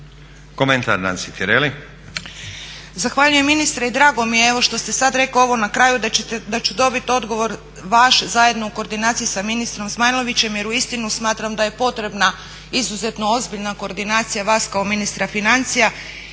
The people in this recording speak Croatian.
Komentar, Nansi Tireli.